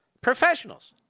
professionals